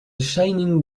shining